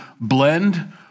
blend